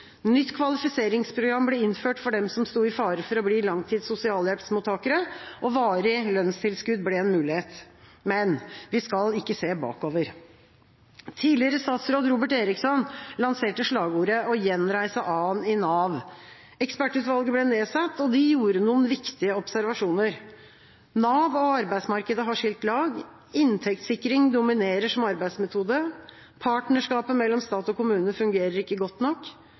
Nytt kvalifiseringsprogram ble innført for dem som sto i fare for å bli langtids sosialhjelpsmottakere, og varig lønnstilskudd ble en mulighet. Men vi skal ikke se bakover. Tidligere statsråd Robert Eriksson lanserte slagordet: «Vi må gjenreise a-en i Nav.» Ekspertutvalget ble nedsatt. De gjorde noen viktige observasjoner: Nav og arbeidsmarkedet har skilt lag. Inntektssikring dominerer som arbeidsmetode. Partnerskapet mellom stat og kommune fungerer ikke godt nok.